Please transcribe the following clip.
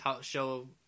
show